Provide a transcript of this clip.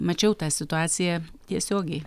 mačiau tą situaciją tiesiogiai